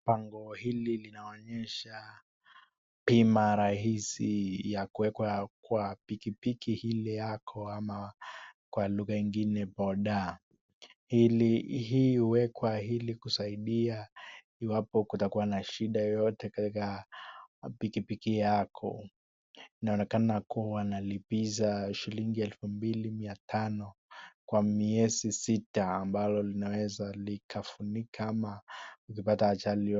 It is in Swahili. Bango hili linaonyesha bima rahisi ya kuwekwa kwa pikipiki hili ako ama kwa lugha ingine, bodaa, ili iwe kwa hili kusaidia iwapo kutakuwa na shida yoyote katika pikipiki yako. Inaonekana kuwa walipiza shillingi elfu mbili mia tano kwa miezi sita ambalo linaweza likafunika ama ukipata ajali yoyote.